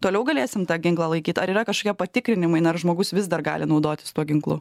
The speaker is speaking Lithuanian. toliau galėsim tą ginklą laikyt ar yra kažkokie patikrinimai na ar žmogus vis dar gali naudotis tuo ginklu